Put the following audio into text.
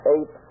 Eight